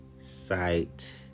sight